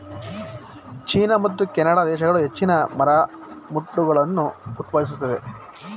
China ಮತ್ತು Canada ದೇಶಗಳು ಹೆಚ್ಚಿನ ಮರಮುಟ್ಟುಗಳನ್ನು ಉತ್ಪಾದಿಸುತ್ತದೆ